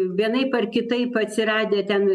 vienaip ar kitaip atsiradę ten